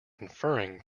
conferring